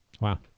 wow